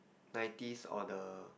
nineties or the